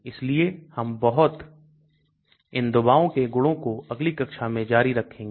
इसलिए हम इन दवाओं के गुणों को अगली कक्षा में जारी रखेंगे